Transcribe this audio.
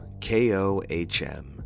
K-O-H-M